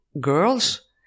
girls